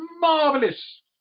Marvelous